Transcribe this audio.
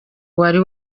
wari